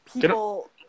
people